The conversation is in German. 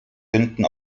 finden